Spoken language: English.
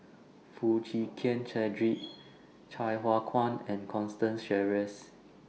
Foo Chee Keng Cedric Sai Hua Kuan and Constance Sheares